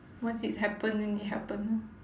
once it's happen then it happen lor